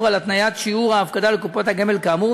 על התניית שיעור ההפקדה לקופת הגמל כאמור,